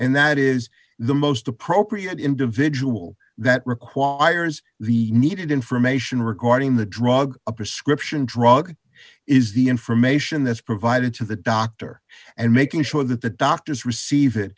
and that is the most appropriate individual that requires the needed information regarding the drug a prescription drug is the information that's provided to the doctor and making sure that the doctors receive it